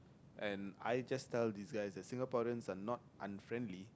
and I just tell these guys that Singaporean are not unfriendly